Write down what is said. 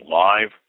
live